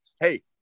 hey